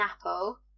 apple